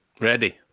Ready